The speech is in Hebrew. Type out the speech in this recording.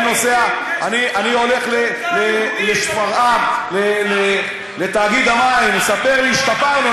אני הולך לשפרעם, לתאגיד המים, מספר לי: השתפרנו.